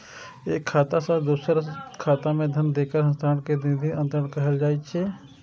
एक खाता सं दोसर खाता मे धन केर हस्तांतरण कें निधि अंतरण कहल जाइ छै